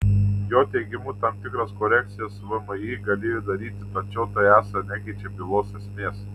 jo teigimu tam tikras korekcijas vmi galėjo daryti tačiau tai esą nekeičia bylos esmės